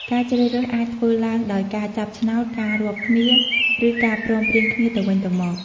ការជ្រើសរើសអាចធ្វើឡើងដោយការចាប់ឆ្នោត ការរាប់គ្នា ឬការព្រមព្រៀងគ្នាទៅវិញទៅមក។